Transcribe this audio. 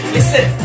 Listen